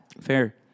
Fair